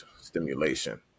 stimulation